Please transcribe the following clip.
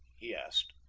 he asked.